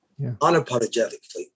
unapologetically